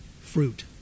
fruit